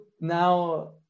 now